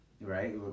Right